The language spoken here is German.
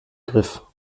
griff